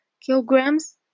kilograms